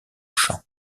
champ